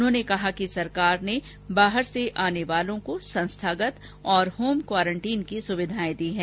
उन्होंने कहा कि सरकार ने बाहर से आने वालों को संस्थागत और होम क्वारेंटीन सुविधाएं दी है